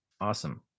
Awesome